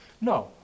No